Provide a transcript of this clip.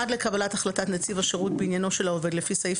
עד לקבלת החלטת נציב השירות בעניינו של העובד לפי סעיף